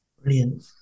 brilliant